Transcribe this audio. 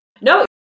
No